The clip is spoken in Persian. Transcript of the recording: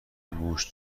موش